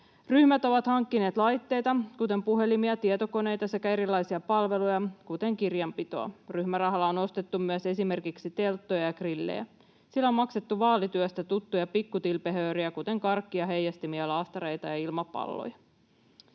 Ryhmät ovat hankkineet laitteita, kuten puhelimia ja tietokoneita, sekä erilaisia palveluja, kuten kirjanpitoa. Ryhmärahalla on ostettu myös esimerkiksi telttoja ja grillejä. Sillä on maksettu vaalityöstä tuttua pikkutilpehööriä, kuten karkkia, heijastimia, laastareita ja ilmapalloja.